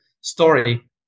story